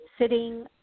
sitting